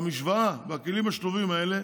במשוואה, בכלים השילובים האלה,